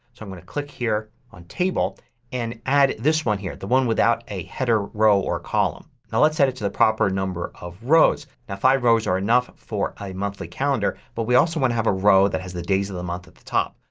so i'm going to click here on table and add this one here. the one without a header row or column. now let's set it to the proper number of rows. now five rows are enough for a monthly calendar but we also want to have a row that has the days of the month at the top.